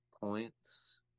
points